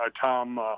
Tom